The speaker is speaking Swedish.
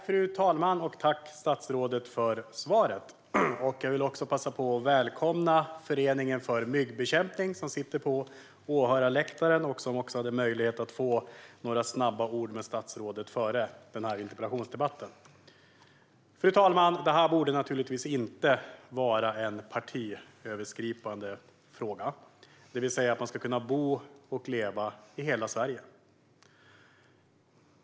Fru talman! Jag tackar statsrådet för svaret. Jag vill också passa på att välkomna Föreningen för myggbekämpning som sitter på åhörarläktaren och som också hade möjlighet att få tala lite grann med statsrådet före denna interpellationsdebatt. Fru talman! Detta borde naturligtvis inte vara en partiskiljande fråga, det vill säga att man ska kunna bo och leva i hela Sverige.